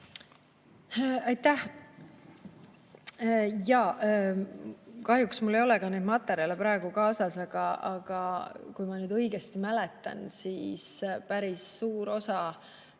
Aitäh! Jaa. Kahjuks mul ei ole neid materjale praegu kaasas, aga kui ma nüüd õigesti mäletan, siis päris suur osa